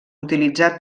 utilitzar